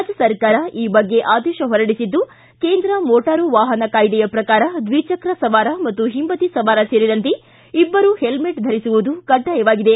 ರಾಜ್ಯ ಸರ್ಕಾರ ಈ ಬಗ್ಗೆ ಆದೇಶ ಹೊರಡಿಸಿದ್ದು ಕೇಂದ್ರ ಮೋಟಾರು ವಾಪನ ಕಾಯ್ದೆಯ ಪ್ರಕಾರ ದ್ವಿಚಕ್ರ ಸವಾರ ಮತ್ತು ಹಿಂಬದಿ ಸವಾರ ಸೇರಿದಂತೆ ಇಬ್ಬರೂ ಹೆಲ್ಲೆಟ್ ಧರಿಸುವುದು ಕಡ್ಡಾಯವಾಗಿದೆ